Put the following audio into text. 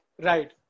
right